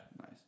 Nice